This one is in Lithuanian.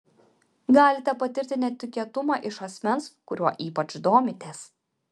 galite patirti netikėtumą iš asmens kuriuo ypač domitės